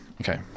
Okay